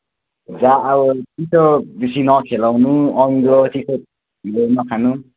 ला हो चिसो बेसी नखेलाउनु अमिलो चिसो पिरोहरू नखानु